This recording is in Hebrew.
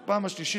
לתוספת השלישית,